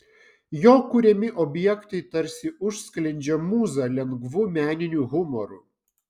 jo kuriami objektai tarsi užsklendžia mūzą lengvu meniniu humoru